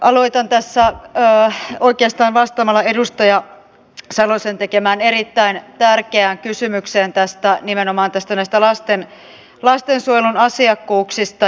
aloitan tässä oikeastaan vastaamalla edustaja salosen tekemään erittäin tärkeään kysymykseen nimenomaan näistä lastensuojelun asiakkuuksista